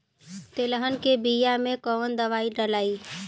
तेलहन के बिया मे कवन दवाई डलाई?